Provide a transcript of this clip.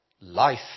life